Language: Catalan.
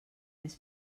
més